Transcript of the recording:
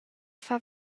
far